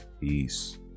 Peace